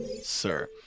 sir